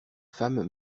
femme